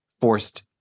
forced